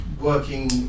working